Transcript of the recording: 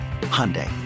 Hyundai